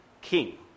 king